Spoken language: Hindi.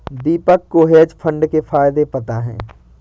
दीपक को हेज फंड के फायदे पता है